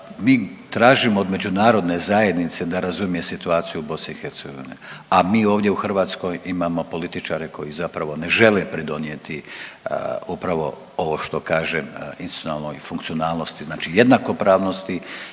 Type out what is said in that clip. mi tražimo od međunarodne zajednice da razumije situaciju u BiH, a mi ovdje u Hrvatskoj imamo političare koji zapravo ne žele pridonijeti upravo ovo što kažem institucionalnoj funkcionalnosti znači jednakopravnosti,